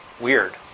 weird